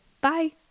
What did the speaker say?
Bye